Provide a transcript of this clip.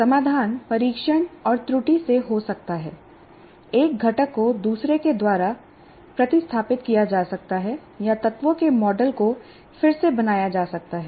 समाधान परीक्षण और त्रुटि से हो सकता है एक घटक को दूसरे के द्वारा प्रतिस्थापित किया जा सकता है या तत्वों के मॉडल को फिर से बनाया जा सकता है